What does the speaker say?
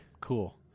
cool